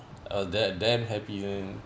uh damn damn happy man